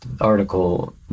article